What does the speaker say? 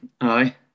Aye